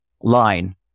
line